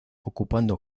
ocupando